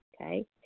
okay